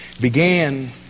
began